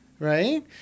Right